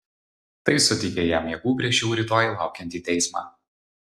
tai suteikia jam jėgų prieš jau rytoj laukiantį teismą